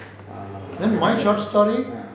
then my short story